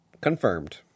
Confirmed